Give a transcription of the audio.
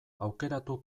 aukeratu